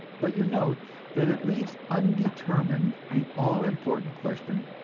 but you note that it leaves undetermined the all-important question,